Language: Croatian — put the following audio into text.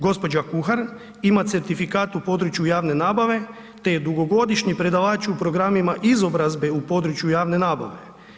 Gđa. Kuhar ina certifikat u području javne nabave te je dugogodišnji predavač u programima izobrazbe u području javne nabave.